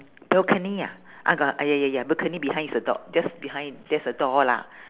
balcony ah I got ah ya ya ya balcony behind is the door just behind there's a door lah